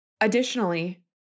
Additionally